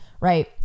right